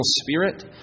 spirit